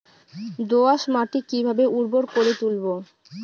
দোয়াস মাটি কিভাবে উর্বর করে তুলবো?